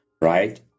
right